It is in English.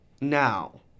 now